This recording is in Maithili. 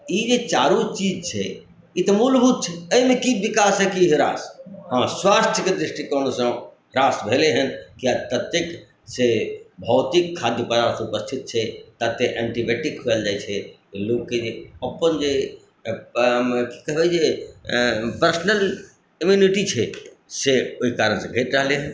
ई जे चारू चीज छै ई तऽ मूलभूत छै एहिमे की विकास की हरास हँ स्वास्थ्य के दृष्टिकोणसँ ह्रास भेलै हन किए ततेक से भौतिक खाद्य पदार्थ उपस्थित छै तते एंटीबायोटिक खुआओल जाइ छै लोक के जे अपन जे की कहबै जे पर्सनल इम्यूनिटी छै से ओहि कारण से भेट रहले